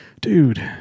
dude